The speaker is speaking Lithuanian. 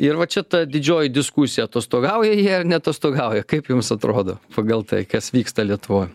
ir va čia ta didžioji diskusija atostogauja jie ar neatostogauja kaip jums atrodo pagal tai kas vyksta lietuvoj